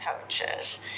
coaches